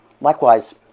Likewise